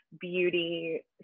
beauty